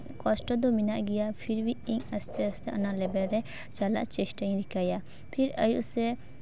ᱠᱚᱥᱴᱚ ᱫᱚ ᱢᱮᱱᱟᱜ ᱜᱮᱭᱟ ᱯᱷᱤᱨ ᱵᱷᱤ ᱤᱧ ᱟᱥᱛᱮ ᱟᱥᱛᱮ ᱚᱱᱟ ᱞᱮᱵᱮᱞ ᱨᱮ ᱪᱟᱞᱟᱜ ᱪᱮᱥᱴᱟᱧ ᱨᱤᱠᱟᱹᱭᱟ ᱯᱷᱤᱨ ᱟᱹᱭᱩᱵ ᱥᱮᱜ